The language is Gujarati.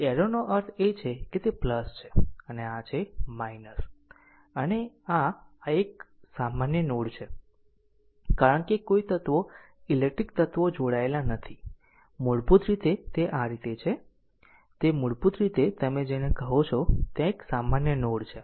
એરોનો અર્થ છે કે તે છે અને આ છે અને આ એક આ એક સામાન્ય નોડ છે કારણ કે કોઈ તત્વો ઇલેક્ટ્રિકલ તત્વો જોડાયેલા નથી મૂળભૂત રીતે તે આ રીતે છે તે મૂળભૂત રીતે તમે જેને કહો છો ત્યાં એક સામાન્ય નોડ છે